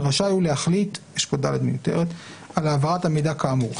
רשאי הוא להחליט על העברת המידע כאמור.